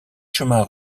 chemins